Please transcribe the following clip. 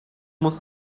muss